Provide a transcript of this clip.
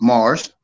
Mars